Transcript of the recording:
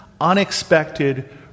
unexpected